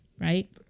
right